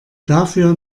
dafür